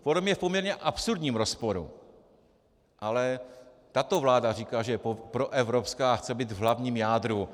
Podle mě v poměrně absurdním rozporu, ale tato vláda říká, že je proevropská a chce být v hlavním jádru.